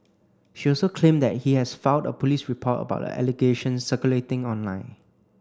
she also claimed that he has filed a police report about the allegations circulating online